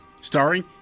starring